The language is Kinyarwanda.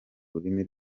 rurimi